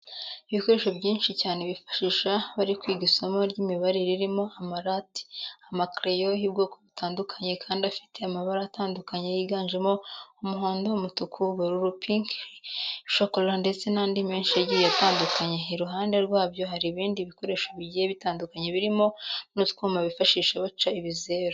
Ibikoresho byinshi cyane bifashisha bari kwiga isomo ry'imibare ririmo amarati, amakereyo y'ubwoko butandukanye kandi afite amabara atandukanye yiganjemo umuhondo, umutuku, ubururu, pinki, shokora ndetse n'andi menshi agiye atandatukanye. Iruhande rwabyo hari ibindi bikoresho bigiye bitandukanye birimo n'utwuma bifashisha baca ibizeru.